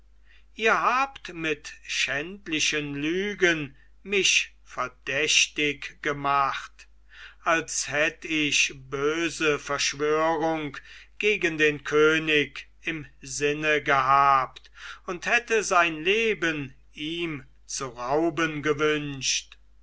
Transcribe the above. ihr habt mit schändlichen lügen mich verdächtig gemacht als hätt ich böse verschwörung gegen den könig im sinne gehabt und hätte sein leben ihm zu rauben gewünscht